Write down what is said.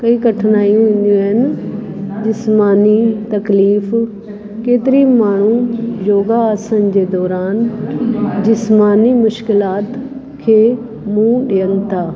कई कठिनायूं ईंदियूं आहिनि जिस्मानी तकलीफ़ केतिरी माण्हूं योगा आसन जे दौरान जिस्मानी मुश्क़िलाति खे मुंहुं ॾियनि था